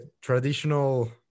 traditional